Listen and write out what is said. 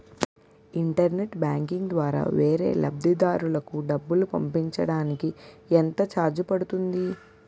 Internet banking ద్వారా వేరే లబ్ధిదారులకు డబ్బులు పంపించటానికి ఎంత ఛార్జ్ పడుతుంది?